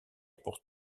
pour